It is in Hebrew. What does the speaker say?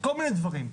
לדוגמה,